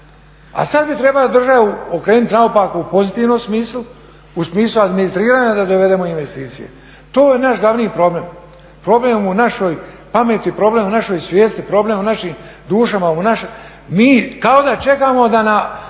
A sad bi trebalo državu okrenuti naopako u pozitivnom smislu, u smislu administriranja da dovedemo investicije. To je naš glavni problem. Problem je u našoj pameti, problem je u našoj svijesti, problem je u našim dušama. Mi kao